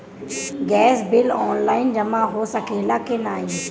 Gas bill online जमा हो सकेला का नाहीं?